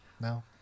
no